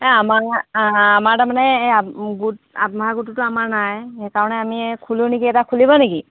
এই আমাৰ আমাৰ তাৰমানে এই আপ্ গোট আত্মসহায়ক গোটটোতো আমাৰ নাই সেইকাৰণে আমি খুলোঁ নেকি এটা খুলিব নেকি